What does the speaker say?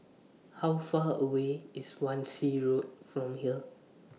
How Far away IS Wan Shih Road from here